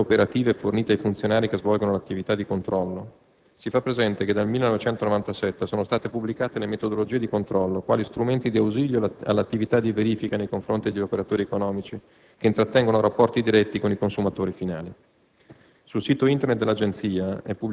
Per quanto riguarda le istruzioni operative fornite ai funzionari che svolgono l'attività di controllo, si fa presente che dal 1997 sono state pubblicate le metodologie di controllo, quali strumenti di ausilio all'attività di verifica nei confronti degli operatori economici che intrattengono rapporti diretti con i consumatori finali.